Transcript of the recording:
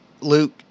Luke